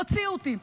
הוציאו אותי.